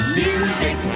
music